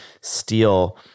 steal